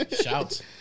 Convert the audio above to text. Shouts